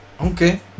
okay